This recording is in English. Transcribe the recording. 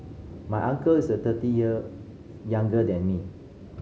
my uncle is the thirty years younger than me